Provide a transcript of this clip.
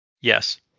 Yes